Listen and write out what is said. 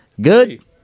good